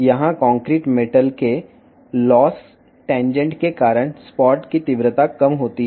ఇక్కడ కాంక్రీట్ లోహం యొక్క లాస్ టాంజెంట్ కారణంగా స్పాట్ యొక్క తీవ్రత తక్కువగా ఉంటుంది